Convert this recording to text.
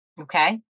Okay